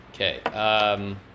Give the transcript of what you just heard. Okay